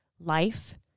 life